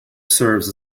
serves